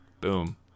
boom